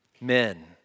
men